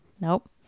Nope